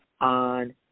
on